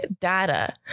data